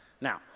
Now